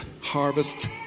harvest